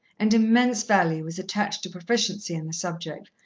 and immense value was attached to proficiency in the subject,